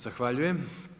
Zahvaljujem.